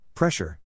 Pressure